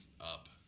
up